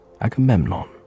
Agamemnon